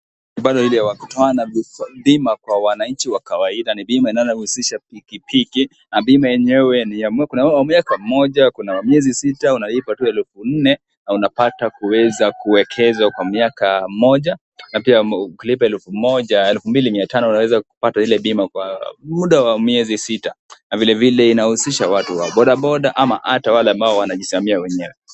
Bima lile la kutoa bima la wananchi wa kawaida. Ni bima linalohusisha pikipiki na bima yenyewe ni ya mwaka. Kuna bima ya mwaka moja kuna ya miezi sita, unalipa tu elfu nne unapata kupata kuwekea kwa miaka moja na pia ukilipa elfu moja, au elfu mbili mia tano unaweza kupata ile bima kwa muda wa miezi sita na vile vile inahusisha watu wa bodaboda au wanaojisimamia wenyewe.